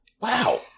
Wow